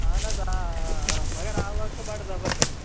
اَہَن حظ آ آ آ مگر آواز چھَو بَڈٕ زَبردَس